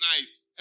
nice